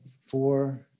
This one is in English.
four